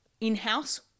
in-house